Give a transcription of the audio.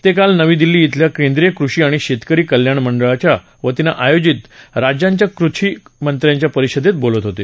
ते काल नवी दिल्ली इथं केंद्रीय कृषी आणि शेतकरी कल्याण मंत्रालयाच्या वतीनं आयोजित राज्यांच्या कृषी मंत्र्यांच्या परिषदेत बोलत होते